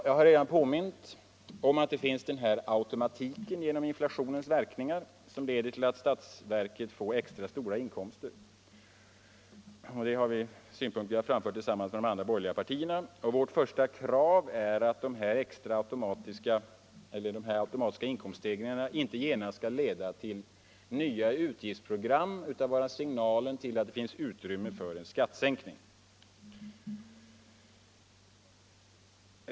Jag har redan påmint om att det finns en automatik genom inflationens verkningar, som leder till att statsverket får extra stora inkomster. Här har vi synpunkter som vi framfört tillsammans med de andra borgerliga partierna. Vårt första krav är att dessa automatiska inkomststegringar inte genast skall leda till nya utgiftsprogram, utan vara signalen till att det finns utrymme för en skattesänkning.